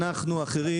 אנחנו, אחרים